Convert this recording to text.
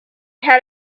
had